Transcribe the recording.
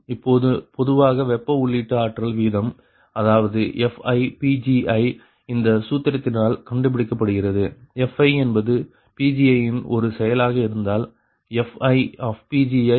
இப்பொழுது பொதுவாக வெப்ப உள்ளீட்டு ஆற்றல் வீதம் அதாவது FiPgi இந்த சூத்திரத்தினால் கண்டுபிடிக்கப்படுகிறது Fi என்பது Pgi இன் ஒரு செயலாக இருந்தால் FiPgiPgi